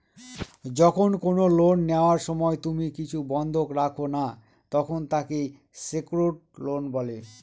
যখন কোনো লোন নেওয়ার সময় তুমি কিছু বন্ধক রাখো না, তখন তাকে সেক্যুরড লোন বলে